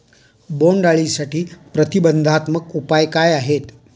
बोंडअळीसाठी प्रतिबंधात्मक उपाय काय आहेत?